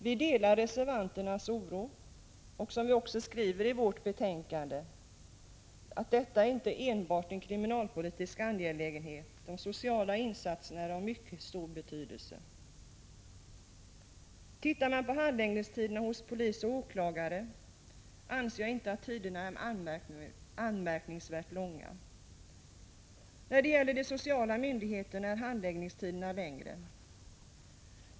Vi delar reservanternas oro, och vi skriver i vårt betänkande att detta inte enbart är en kriminalpolitisk angelägenhet. De sociala insatserna är av mycket stor betydelse. Jag anser att om man ser på handläggningstiderna hos polis och åklagare finner man inte att tiderna är anmärkningsvärt långa. När det gäller de sociala myndigheterna är handläggningstiderna längre.